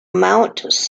mount